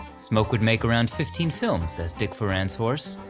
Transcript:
smoke would make around fifteen films as dick foran's horse,